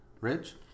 Rich